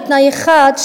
בתנאי אחד,